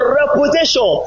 reputation